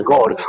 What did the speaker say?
God